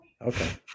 Okay